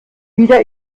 wieder